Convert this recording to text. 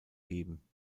geben